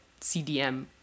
CDM